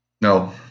no